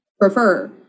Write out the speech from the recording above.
prefer